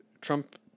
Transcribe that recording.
Trump